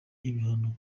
ibihano